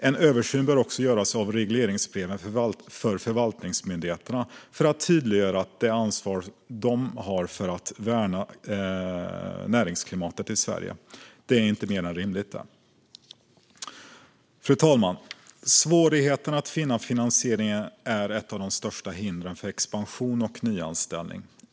En översyn bör också göras av regleringsbreven för förvaltningsmyndigheterna för att tydliggöra det ansvar de har för att värna näringsklimatet i Sverige. Det är inte mer än rimligt. Fru talman! Svårigheten att finna finansiering är ett av de största hindren för expansion och nyanställning.